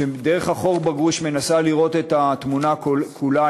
שדרך החור בגרוש מנסה לראות את התמונה כולה,